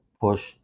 push